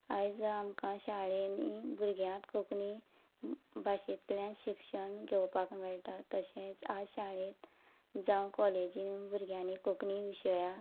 आयज आमकां शाळेनी भुरग्यांक कोंकणी भाशेंतल्यान शिक्षण घेवपाक मेळटा तशेंच आज शाळेंत जावं कॉलेजींनी भुरग्यांनी कोंकणी विशया